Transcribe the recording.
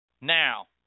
Now